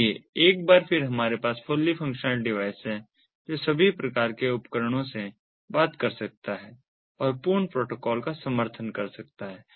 इसलिए एक बार फिर हमारे पास फुल्ली फंक्शनल डिवाइस है जो सभी प्रकार के उपकरणों से बात कर सकता है और पूर्ण प्रोटोकॉल का समर्थन कर सकता है